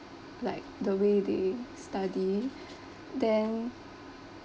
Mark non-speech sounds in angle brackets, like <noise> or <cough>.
like the way they study <breath> then